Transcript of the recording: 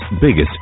biggest